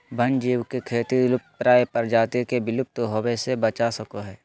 वन्य जीव के खेती लुप्तप्राय प्रजाति के विलुप्त होवय से बचा सको हइ